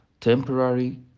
Temporary